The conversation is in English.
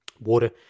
water